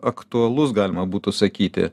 aktualus galima būtų sakyti